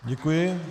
Děkuji.